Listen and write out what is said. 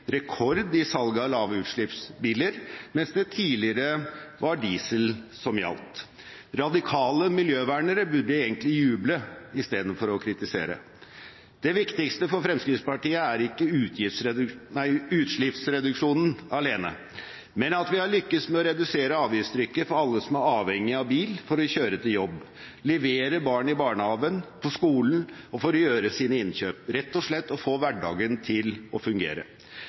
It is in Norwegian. rekord i salg av lavutslippsbiler, mens det tidligere var diesel som gjaldt. Radikale miljøvernere burde egentlig juble istedenfor å kritisere. Det viktigste for Fremskrittspartiet er ikke utslippsreduksjonen alene, men at vi har lyktes med å redusere avgiftstrykket for alle som er avhengige av bil for å kjøre til jobb, levere barn i barnehagen og på skolen og for å gjøre sine innkjøp – rett og slett å få hverdagen til å fungere.